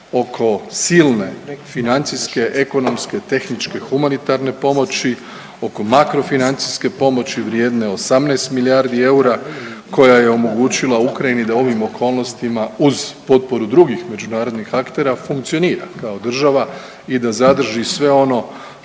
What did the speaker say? oko silne financijske, ekonomske, tehničke i humanitarne pomoći, oko makrofinancijske pomoći vrijedne 18 milijardi eura koja je omogućila Ukrajini da u ovim okolnostima uz potporu drugih međunarodnih aktera funkcionira kao država i da zadrži sve ono